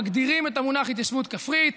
מגדירים את המונח התיישבות כפרית,